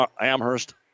Amherst